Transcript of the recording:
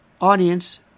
audience